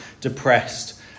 depressed